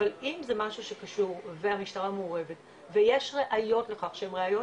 אבל אם זה משהו שקשור והמשטרה מעורבת ויש ראיות לכך שהם ראיות